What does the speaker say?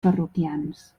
parroquians